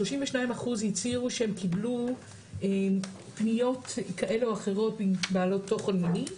32% הצהירו שהם קיבלו פניות כאלה או אחרות בעלות תוכן מיני,